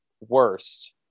worst